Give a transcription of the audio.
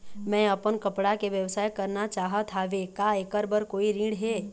मैं अपन कपड़ा के व्यवसाय करना चाहत हावे का ऐकर बर कोई ऋण हे?